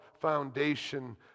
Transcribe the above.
foundation